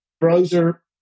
browser